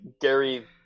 gary